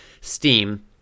steam